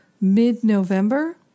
mid-November